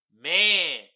Man